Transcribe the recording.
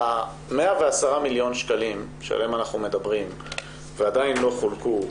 ה-110 מיליון שקלים שעליהם אנחנו מדברים ועדיין לא חולקו,